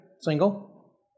single